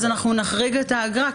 אז אנחנו נחריג את האגרה,